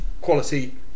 quality